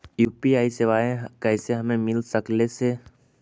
UPI सेवाएं कैसे हमें मिल सकले से?